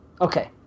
Okay